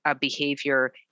behavior